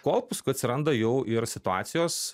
kol paskui atsiranda jau ir situacijos